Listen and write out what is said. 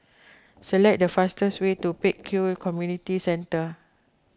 select the fastest way to Pek Kio Community Centre